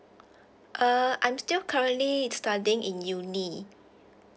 uh I'm still currently studying in uni